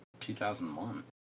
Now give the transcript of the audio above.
2001